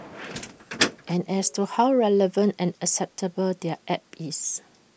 and as to how relevant and acceptable their app is